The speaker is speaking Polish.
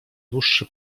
dłuższy